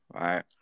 right